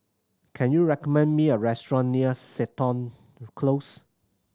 can you recommend me a restaurant near Seton Close